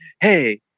hey